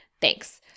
Thanks